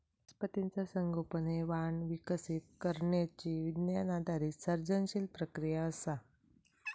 वनस्पतीचा संगोपन हे वाण विकसित करण्यची विज्ञान आधारित सर्जनशील प्रक्रिया असा